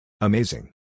Amazing